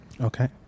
Okay